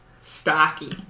stocky